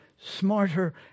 smarter